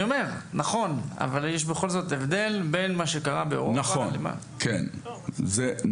נכון בכל זאת יש הבדל בין מה שקרה באירופה לבין מה שקרה במקומות אחרים.